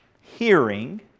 hearing